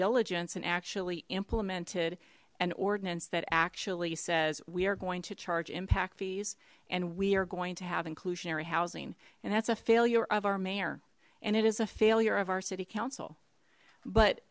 diligence and actually implement an ordinance that actually says we are going to charge impact fees and we are going to have inclusionary housing and that's a failure of our mayor and it is a failure of our city council but